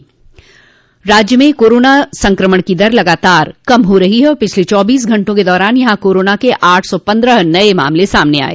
राज्य में कोराना संक्रमण की दर लगातार कम हो रही है और पिछले चौबीस घंटों क दौरान यहां कोराना के आठ सौ पन्द्रह नये मामले सामने आये